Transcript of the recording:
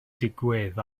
digwydd